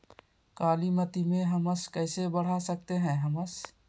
कालीमती में हमस कैसे बढ़ा सकते हैं हमस?